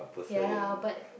ya lah but